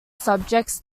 subjects